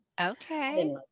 Okay